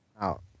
out